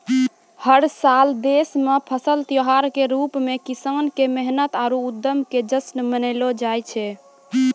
हर साल देश मॅ फसल त्योहार के रूप मॅ किसान के मेहनत आरो उद्यम के जश्न मनैलो जाय छै